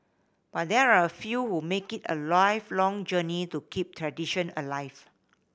but there are a few who make it a lifelong journey to keep tradition alive